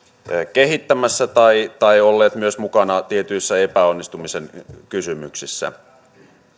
kehittämässä tai tai olleet myös mukana tietyissä epäonnistumisen kysymyksissä